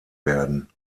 werden